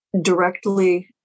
directly